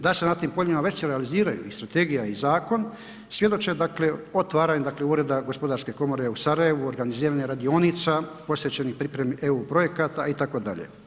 Da se na tim poljima već realiziraju i strategija i zakon svjedoče dakle otvaranja dakle ureda gospodarske komore u Sarajevu, organiziranje radionica posvećenih pripremi EU projekata itd.